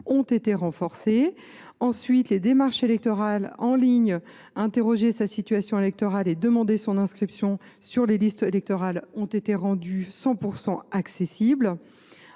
ont été renforcées. Deuxièmement, les démarches électorales en ligne « Interroger sa situation électorale » et « Demander son inscription sur les listes électorales » ont été rendues accessibles